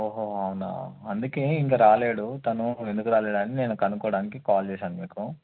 ఓహో అవునా అందుకే ఇంకా రాలేడు తను ఎందుకు రాలేదా అని నేను కొనుక్కోడానికి కాల్ చేశాను మీకు